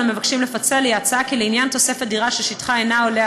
המבקשים לפצל היא ההצעה כי לעניין תוספת דירה ששטחה אינו עולה